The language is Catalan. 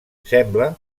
sembla